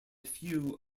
few